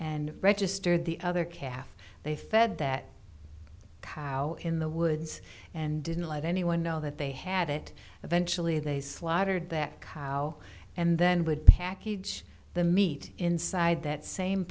and register the other calf they fed that cow in the woods and didn't let anyone know that they had it eventually they slaughtered that kyle and then would package the meat inside that same